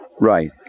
Right